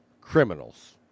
criminals